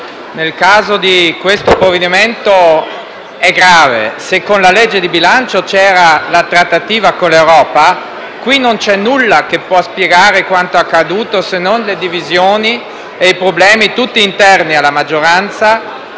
Nel caso di questo provvedimento, ciò è grave. Se infatti con la legge di bilancio c'era la trattativa con l'Europa, qui non c'è nulla che può spiegare quanto accaduto, se non le divisioni e i problemi tutti interni alla maggioranza,